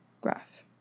graph